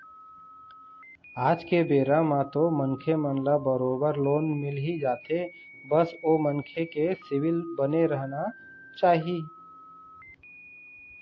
आज के बेरा म तो मनखे मन ल बरोबर लोन मिलही जाथे बस ओ मनखे के सिविल बने रहना चाही